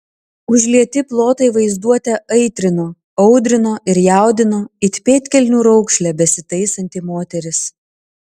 užlieti plotai vaizduotę aitrino audrino ir jaudino it pėdkelnių raukšlę besitaisanti moteris